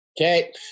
Okay